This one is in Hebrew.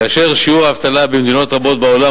כאשר שיעור האבטלה במדינות רבות בעולם